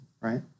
right